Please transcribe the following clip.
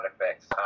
effects